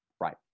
Right